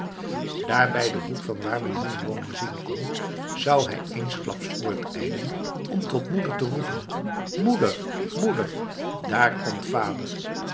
bij den hoek vanwaar men hunne woning zien kon zou hij eensklaps voortijlen om tot moeder te roepen moeder moeder daar komt vader